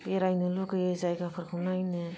बेरायनो लुबैयो जायगाफोरखौ नायनो